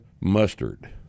mustard